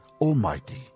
Almighty